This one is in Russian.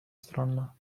странно